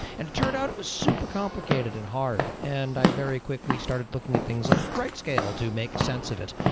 and it turned out it was super complicated and hard and i very quickly started looking at things like rightscale to make sense of it.